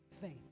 Faith